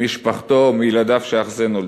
ממשפחתו, מילדיו שאך זה נולדו.